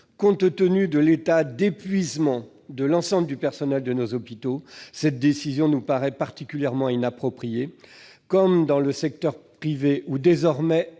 Étant donné l'état d'épuisement de l'ensemble du personnel de nos hôpitaux, cette décision nous paraît particulièrement inappropriée. Comme dans le secteur privé, où désormais